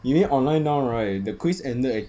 you mean online now right the quiz ended